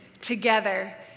together